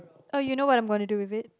oh you know what I'm gonna do with it